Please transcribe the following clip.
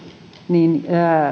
niin